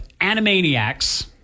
Animaniacs